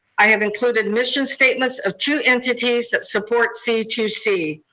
i have included mission statements of two entities that support c two c.